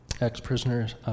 ex-prisoners